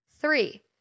Three